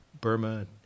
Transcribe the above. Burma